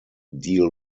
deal